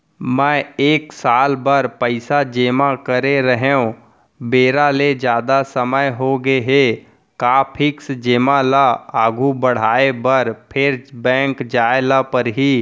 मैं एक साल बर पइसा जेमा करे रहेंव, बेरा ले जादा समय होगे हे का फिक्स जेमा ल आगू बढ़ाये बर फेर बैंक जाय ल परहि?